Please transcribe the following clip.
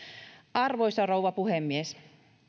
arvoisa rouva puhemies